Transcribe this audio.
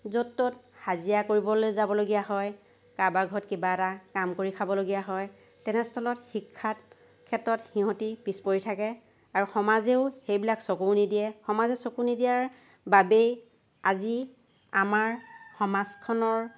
য'ত ত'ত হাজিৰা কৰিবলৈ যাবলগীয়া হয় কাৰোবাৰ ঘৰত কিবা এটা কাম কৰি খাবলগীয়া হয় তেনে স্থলত শিক্ষাৰ ক্ষেত্ৰত সিহঁতি পিছ পৰি থাকে আৰু সমাজেও সেইবিলাক চকু নিদিয়ে সমাজে চকু নিদিয়াৰ বাবেই আজি আমাৰ সমাজখনৰ